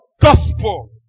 gospel